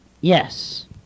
Yes